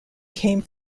came